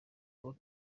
ngo